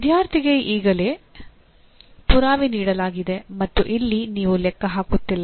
ವಿದ್ಯಾರ್ಥಿಗೆ ಈಗಾಗಲೇ ಪುರಾವೆ ನೀಡಲಾಗಿದೆ ಮತ್ತು ಇಲ್ಲಿ ನೀವು ಲೆಕ್ಕ ಹಾಕುತ್ತಿಲ್ಲ